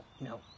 no